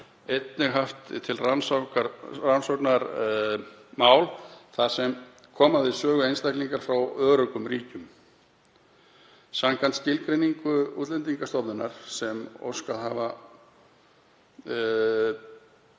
einnig haft til rannsóknar mál þar sem koma við sögu einstaklingar frá öruggum ríkjum, samkvæmt skilgreiningu Útlendingastofnunar, sem óskað hafa